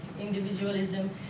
individualism